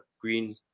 green